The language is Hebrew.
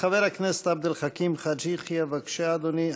חבר הכנסת עבד אל חכים חאג' יחיא, בבקשה, אדוני.